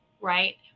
right